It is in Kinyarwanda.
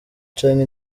canke